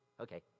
Okay